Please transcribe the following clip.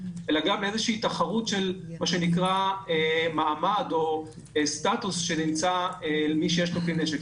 אלא גם לאיזו תחרות של מעמד או סטטוס שנמצא למי שיש לו כלי נשק.